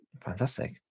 fantastic